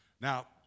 Now